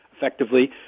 effectively